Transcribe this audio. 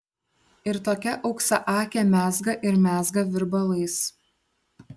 ir tokia auksaakė mezga ir mezga virbalais